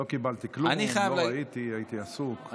לא קיבלתי כלום, לא ראיתי, הייתי עסוק.